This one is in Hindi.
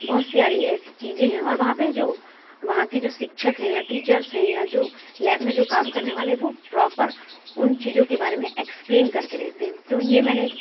बहुत सारी ऐसी चीज़ें हैं और वहाँ पर जो वहाँ के जो शिक्षक हैं या टीचर्स हैं या जो लैब में जो काम करने वाले हैं वो प्रोपर उन चीज़ों के बारे में एक्सप्लेन करते रहते हैं तो ये मैंने